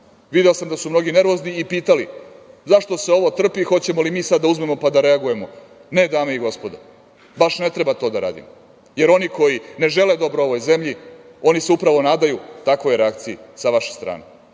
Video sam da su mnogi nervozni i pitali – zašto se ovo trpi? Da li ćemo da reagujemo? Ne, dame i gospodo, baš ne treba to da radimo. Jer, oni koji ne žele dobro ovoj zemlji oni se upravo nadaju takvoj reakciji sa vaše strane.